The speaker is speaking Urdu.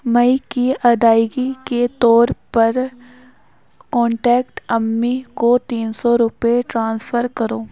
مئی کی ادائیگی کے طور پر کانٹیکٹ امی کو تین سو روپئے ٹرانسفر کرو